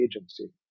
agency